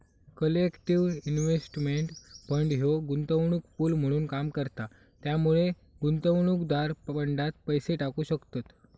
collective investment fund ह्यो गुंतवणूक pool म्हणून काम करता त्यामुळे गुंतवणूकदार फंडात पैसे टाकू शकतत